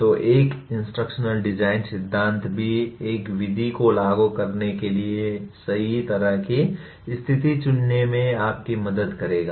तो एक instructional design सिद्धांत भी एक विधि को लागू करने के लिए सही तरह की स्थिति चुनने में आपकी मदद करेगा